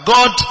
God